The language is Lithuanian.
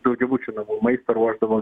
daugiabučių namų maistą ruošdavo